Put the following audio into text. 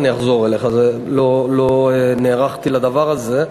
אני אחזור אליך, לא נערכתי לדבר הזה.